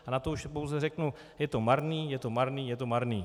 A na to už pouze řeknu, je to marný, je to marný, je to marný.